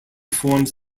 forms